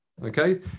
Okay